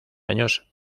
años